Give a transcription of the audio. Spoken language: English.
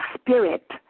spirit